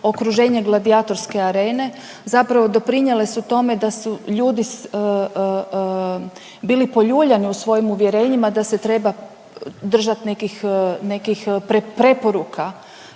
okruženje gladijatorske arene zapravo doprinijele su tome da su ljudi bili poljuljani u svojim uvjerenjima da se treba držati nekih preporuka